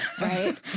Right